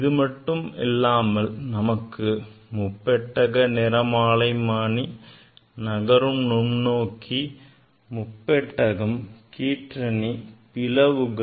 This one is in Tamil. இது மட்டுமல்லாமல் நமக்கு முப்பட்டக நிறமாலைமானி நகரும் நுண்நோக்கி முப்பட்டகம் கீற்றணி பிளவுகள்